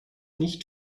nicht